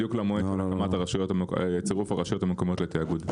בדיוק למועד של צירוף הרשויות המקומיות לתיאגוד,